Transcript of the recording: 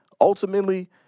ultimately